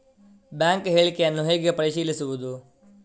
Bank ಹೇಳಿಕೆಯನ್ನು ಹೇಗೆ ಪರಿಶೀಲಿಸುವುದು?